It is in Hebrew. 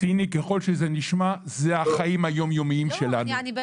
כמו שנאמר כאן, זה רחוק מלהיות